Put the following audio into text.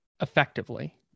effectively